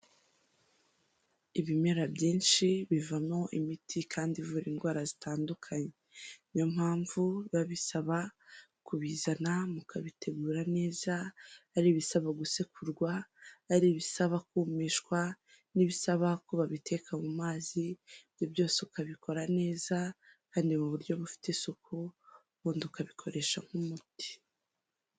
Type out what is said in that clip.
Ibimera byinshi bivamo imiti kandi ivura indwara zitandukanye, niyo mpamvu babi bisaba kubizana mukabitegura neza, ari ibisaba gusekurwa, ari ibisaba kumishwa n'ibisaba ko babiteka mu mazi ibyo byose ukabikora neza kandi mu buryo bufite isuku ubundi ukabikoresha nk'umuti.